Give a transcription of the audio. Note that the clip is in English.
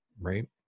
right